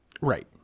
Right